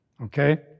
Okay